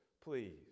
please